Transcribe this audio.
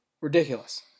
ridiculous